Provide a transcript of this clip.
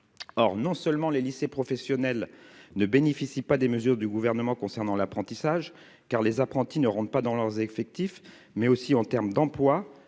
or, non seulement les lycées professionnels ne bénéficient pas des mesures du gouvernement concernant l'apprentissage car les apprentis ne rentre pas dans leurs effectifs mais aussi en termes d'emplois